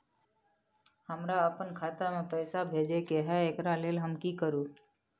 हमरा अपन खाता में पैसा भेजय के है, एकरा लेल हम की करू?